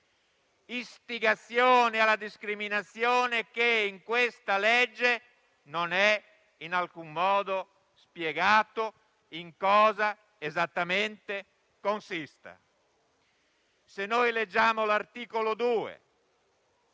l'istigazione alla discriminazione, senza che in questo disegno di legge sia in alcun modo spiegato in cosa esattamente consista. Se noi leggiamo l'articolo 2